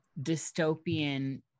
dystopian